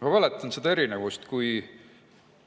Ma mäletan seda erinevust, kui